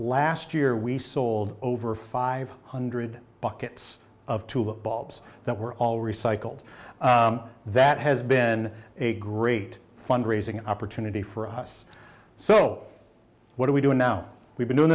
last year we sold over five hundred buckets of tulip bulbs that were all recycled that has been a great fundraising opportunity for us so what do we do now we've been doing